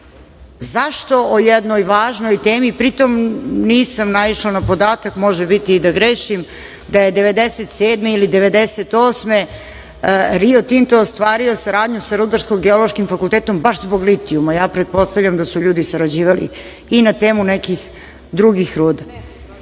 zašto o jednoj važnoj temi, pritom nisam naišla na podatak, može biti i da grešim, da je 1997. ili 1998. godine „Rio Tinto“ ostvario saradnju sa Rudarsko-geološkim fakultetom baš zbog litijuma? Pretpostavljam da su ljudi sarađivali i na temu nekih drugih